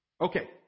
Okay